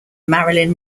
marilyn